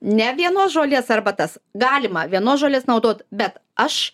ne vienos žolės arbatas galima vienos žolės naudot bet aš